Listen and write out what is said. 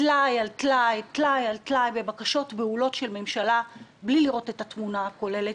טלאי על טלאי בבקשות בהולות של ממשלה בלי לראות את התמונה הכוללת.